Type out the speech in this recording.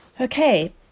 Okay